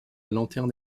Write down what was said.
lanterne